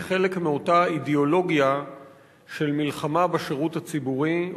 כחלק מאותה אידיאולוגיה של מלחמה בשירות הציבורי,